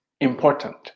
important